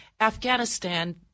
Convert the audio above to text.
Afghanistan